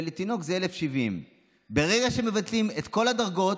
ולתינוק זה 1,070. ברגע שמבטלים את כל הדרגות,